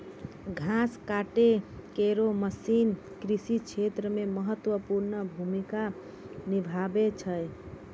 घास काटै केरो मसीन कृषि क्षेत्र मे महत्वपूर्ण भूमिका निभावै छै